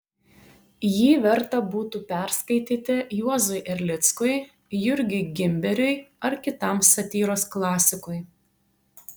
jį verta būtų perskaityti juozui erlickui jurgiui gimberiui ar kitam satyros klasikui